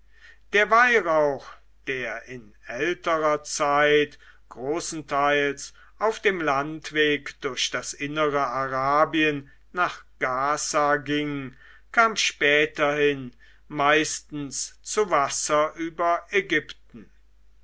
der weihrauch der in älterer zeit großenteils auf dem landweg durch das innere arabien nach gaza ging kam späterhin meistens zu wasser über ägypten